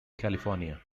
california